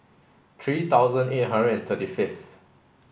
three thousand eight hundred and thirty fifth